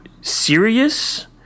serious